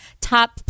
top